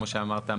כמו שאמרת,